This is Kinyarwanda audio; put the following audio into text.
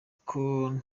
uko